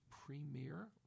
premier